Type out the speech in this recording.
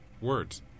words